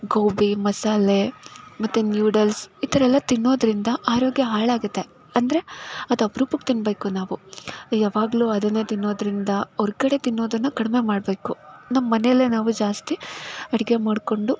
ಗೋಬಿ ಮಸಾಲೆ ಮತ್ತೆ ನ್ಯೂಡಲ್ಸ್ ಈ ಥರಯೆಲ್ಲ ತಿನ್ನೋದರಿಂದ ಆರೋಗ್ಯ ಹಾಳಾಗುತ್ತೆ ಅಂದರೆ ಅದು ಅಪ್ರೂಪಕ್ಕೆ ತಿನ್ನಬೇಕು ನಾವು ಯಾವಾಗಲೂ ಅದನ್ನೇ ತಿನ್ನೋದರಿಂದ ಹೊರ್ಗಡೆ ತಿನ್ನೋದನ್ನು ಕಡಿಮೆ ಮಾಡಬೇಕು ನಮ್ಮನೆಯಲ್ಲೇ ನಾವು ಜಾಸ್ತಿ ಅಡುಗೆ ಮಾಡಿಕೊಂಡು